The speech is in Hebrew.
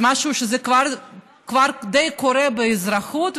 זה משהו שכבר די קורה באזרחות,